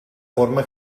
forma